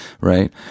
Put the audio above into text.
right